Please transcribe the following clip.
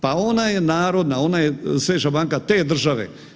Pa ona je narodna, ona je središnja banka te države.